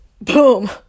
boom